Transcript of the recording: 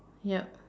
yup